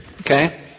okay